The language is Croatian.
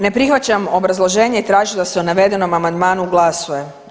Ne prihvaćam obrazloženje i tražit ću da se o navedenom amandmanu glasuje.